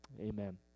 amen